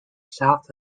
south